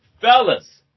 fellas